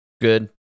Good